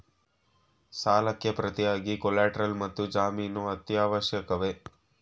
ಸಾಲಕ್ಕೆ ಪ್ರತಿಯಾಗಿ ಕೊಲ್ಯಾಟರಲ್ ಮತ್ತು ಜಾಮೀನು ಅತ್ಯವಶ್ಯಕವೇ?